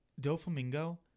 Doflamingo